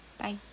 Bye